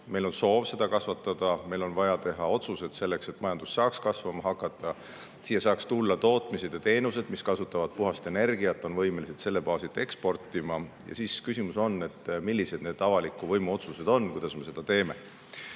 meil on soov seda kasvatada, meil on vaja teha otsuseid selleks, et majandus saaks kasvama hakata, et siia saaks tulla tootmised ja teenused, mis kasutavad puhast energiat ja on võimelised selle baasilt eksportima. Siis on küsimus, millised on avaliku võimu otsused ja kuidas me seda teeme.